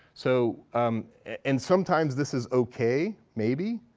so um and sometimes this is okay maybe.